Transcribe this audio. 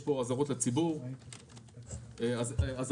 יש פה אזהרות לציבור שהוצאנו.